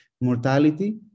Mortality